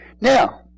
Now